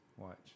Watch